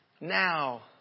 Now